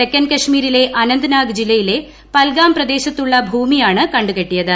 തെക്കൻ കശ്മീരിലെ അനന്ത്നാഗ് ജില്ലയിലെ പൽഗാം പ്രദേശത്തുള്ള ഭൂമിയാണ് കണ്ടു കെട്ടിയത്